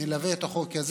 נלווה אותו,